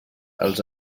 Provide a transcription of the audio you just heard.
als